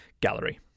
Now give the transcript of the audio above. Gallery